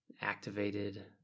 activated